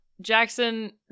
Jackson